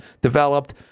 developed